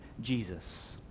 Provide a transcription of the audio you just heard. Jesus